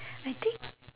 I think